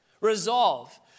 resolve